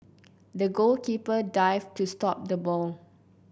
the goalkeeper dived to stop the ball